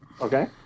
Okay